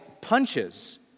punches